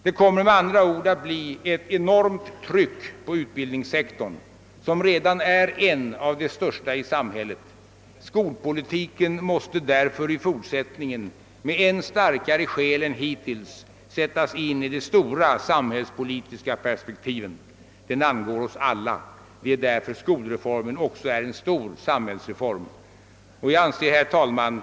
Det kommer med andra ord att bli ett enormt tryck på utbildningssektorn, som redan är en av de största i samhället. Skolpolitiken måste därför i fortsättningen med än starkare skäl än hittills sättas in i de stora samhällspolitiska perspektiven. Den angår oss alla. Det är därför skolreformen också är en stor samhällsreform.» Herr talman!